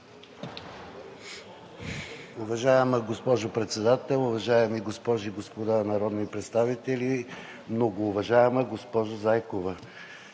Уважаема госпожо Председател, уважаеми госпожи и господа народни представители! Уважаеми господин Цонев,